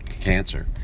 cancer